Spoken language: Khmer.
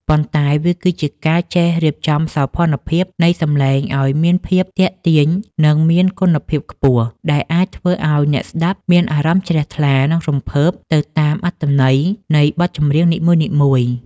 ប៉ុន្តែវាគឺជាការចេះរៀបចំសោភ័ណភាពនៃសម្លេងឱ្យមានភាពទាក់ទាញ និងមានគុណភាពខ្ពស់ ដែលអាចធ្វើឱ្យអ្នកស្តាប់មានអារម្មណ៍ជ្រះថ្លា និងរំភើបទៅតាមអត្ថន័យនៃបទចម្រៀងនីមួយៗ។